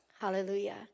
Hallelujah